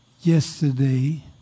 yesterday